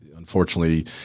unfortunately